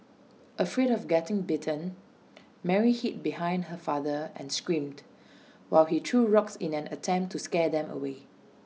afraid of getting bitten Mary hid behind her father and screamed while he threw rocks in an attempt to scare them away